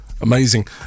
amazing